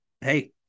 hey